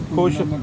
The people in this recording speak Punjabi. ਖੁਸ਼